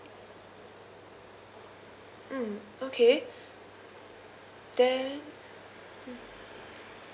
mm okay then mm